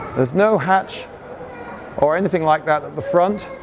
there's no hatch or anything like that at the front.